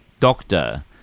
doctor